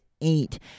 Eight